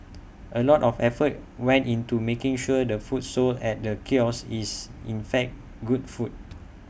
A lot of effort went into making sure the food sold at the kiosk is in fact good food